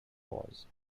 pause